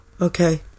Okay